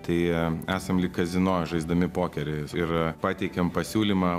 tai esam lyg kazino žaisdami pokerį ir pateikėm pasiūlymą